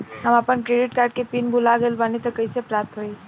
हम आपन credit card के पिन भुला गइल बानी त कइसे प्राप्त होई?